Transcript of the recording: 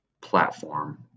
platform